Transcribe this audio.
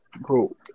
Bro